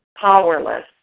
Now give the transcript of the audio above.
powerless